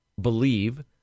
believe